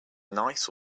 nice